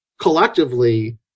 collectively